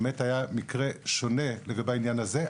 באמת היה מקרה שונה לגבי העניין הזה.